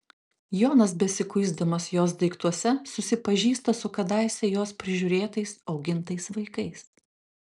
jonas besikuisdamas jos daiktuose susipažįsta su kadaise jos prižiūrėtais augintais vaikais